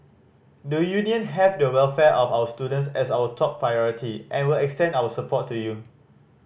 the Union have the welfare of our students as our top priority and will extend our support to you